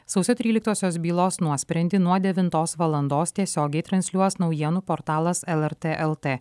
sausio tryliktosios bylos nuosprendį nuo devintos valandos tiesiogiai transliuos naujienų portalas elartė eltė